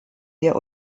der